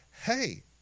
hey